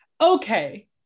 Okay